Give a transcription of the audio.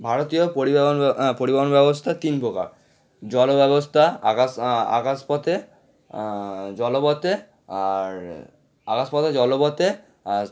ভারতীয় পরিবহন ব্য পরিবহন ব্যবস্থা তিন প্রকার জল ব্যবস্থা আকাশ আকাশ পথে জল পথে আর আকাশ পথে জল পথে আর